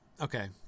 Okay